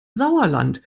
sauerland